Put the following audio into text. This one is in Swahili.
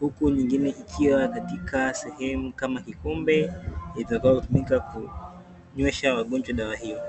huku nyingine ikiwa katika sehemu kama kikombe itakayo tumika kunywesha wangojwa dawa hiyo.